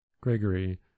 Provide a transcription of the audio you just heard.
Gregory